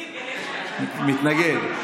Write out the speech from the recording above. מתנגד.